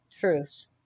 truths